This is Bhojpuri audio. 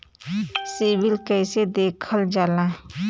सिविल कैसे देखल जाला?